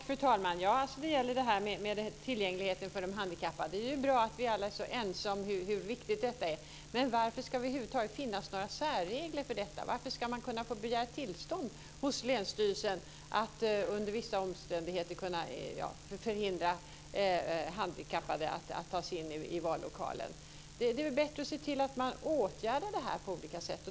Fru talman! Det gäller detta med tillgängligheten för de handikappade. Det är ju bra att vi alla är så ense om hur viktigt detta är. Men varför ska det över huvud taget finnas några särregler för detta? Varför ska man kunna få begära tillstånd hos länsstyrelsen att under vissa omständigheter kunna förhindra handikappade att ta sig in i vallokaler? Det är väl bättre att se till att åtgärda det här på olika sätt.